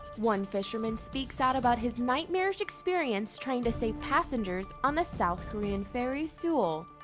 one fisherman speaks out about his nightmarish experience trying to save passengers on the south korean ferry, sewol.